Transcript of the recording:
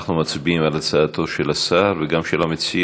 אנחנו מצביעים על הצעתו של השר, וגם של המציע,